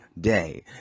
day